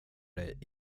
det